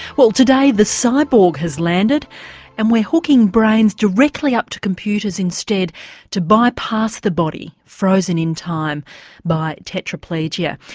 well today, the cyborg has landed and we're hooking brains directly up to computers instead to bypass the body frozen in time by tetraplegia.